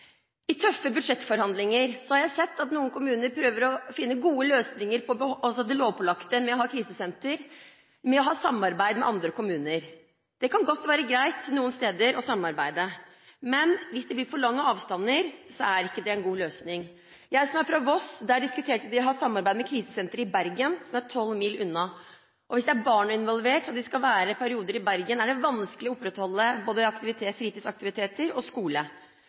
I tøffe budsjettforhandlinger har jeg sett at noen kommuner, med tanke på lovpålagte krisesentre, prøver å finne gode løsninger ved å samarbeide med andre kommuner. Det kan godt være greit noen steder å samarbeide, men hvis det blir for lange avstander, er ikke det en god løsning. Jeg er fra Voss og der diskuterte de å ha samarbeid med krisesenteret i Bergen som er 12 mil unna. Hvis det er barn involvert og de i perioder skal være i Bergen, er det vanskelig å opprettholde både fritidsaktiviteter og skole.